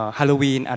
Halloween